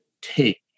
take